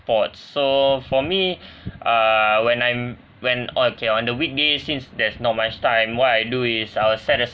sports so for me uh when I'm when oh okay on the weekdays since there's not much time what I do is I will set aside